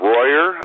Royer